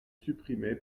supprimer